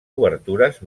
obertures